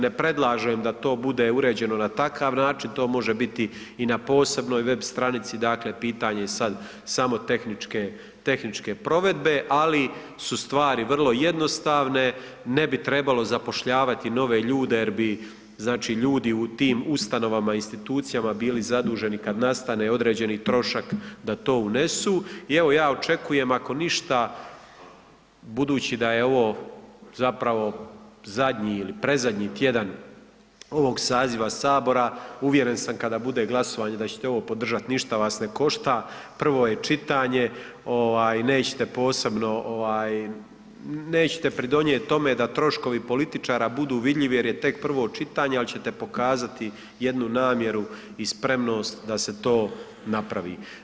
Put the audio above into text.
Ne predlažem da to bude uređeno na takav način, to može biti i na posebnoj web stranici, dakle pitanje je sad samo tehničke, tehničke provedbe, ali su stvari vrlo jednostavne, ne bi trebalo zapošljavati nove ljude jer bi, znači ljudi u tim ustanovama i institucijama bi bili zaduženi kad nastane određeni trošak da to unesu i evo ja očekujem ako ništa, budući da je ovo zapravo zadnji ili predzadnji tjedan ovog saziva sabora uvjeren sam kada bude glasovanje da ćete ovo podržat, ništa vas ne košta, prvo je čitanje, ovaj nećete posebno, ovaj nećete pridonijet tome da troškovi političara budu vidljivi jer je tek prvo čitanje, al ćete pokazati jednu namjeru i spremnost da se to napravi.